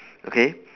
okay